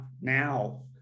now